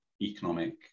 economic